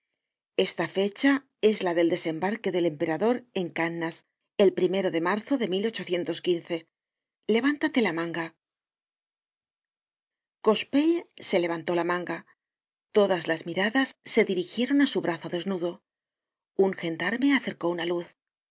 esta fecha es la del desembarque del emperador en cannas el de marzo de levántate la manga content from google book search generated at cochepaille se levantó la manga todas las miradas se dirigieron á su brazo desnudo un gendarme acercó una luz